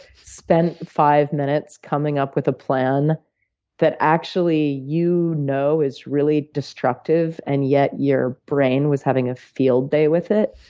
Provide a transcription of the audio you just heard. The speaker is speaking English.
spent five minutes coming up with a plan that actually you know is really destructive, and yet, your brain was having a field day with it?